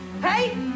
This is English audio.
Hey